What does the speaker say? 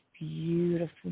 beautiful